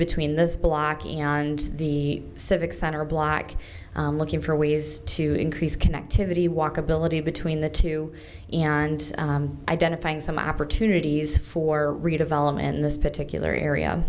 between this block and the civic center block looking for ways to increase connectivity walkability between the two and identifying some opportunities for redevelopment in this particular area